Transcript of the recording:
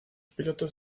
pilotos